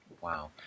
Wow